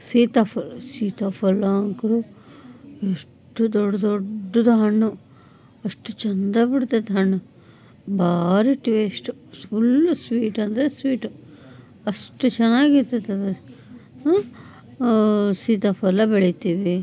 ಸೀತಾಫಲ ಸೀತಾಫಲ ಅಂತು ಎಷ್ಟು ದೊಡ್ಡ ದೊಡ್ಡದು ಹಣ್ಣು ಅಷ್ಟು ಚೆಂದ ಬಿಡ್ತೈತೆ ಹಣ್ಣು ಬಾರಿ ಟೇಸ್ಟು ಫುಲ್ಲು ಸ್ವೀಟ್ ಅಂದರೆ ಸ್ವೀಟು ಅಷ್ಟು ಚೆನ್ನಾಗಿತ್ತು ತಂದರೆ ಸೀತಾಫಲ ಬೆಳಿತೀವಿ